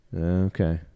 Okay